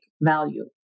value